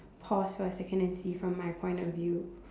pause for a second and see from my point of view